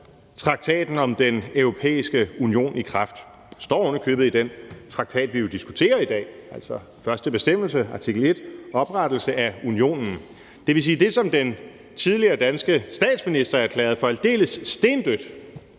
traktaten om Den Europæiske Union i kraft. Der står ovenikøbet i den traktat, vi jo diskuterer i dag, altså første bestemmelse, artikel 1: Oprettelse af Unionen. Det vil sige, at det, som den tidligere danske statsminister erklærede for aldeles stendødt,